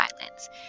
violence